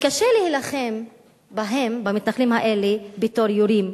יתקשה להילחם בהם, במתנחלים האלה, בתור יורים.